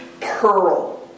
pearl